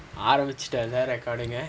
ஆரம்பிச்சிடல:arambichitala recording right